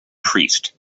priest